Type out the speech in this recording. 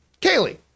Kaylee